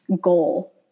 Goal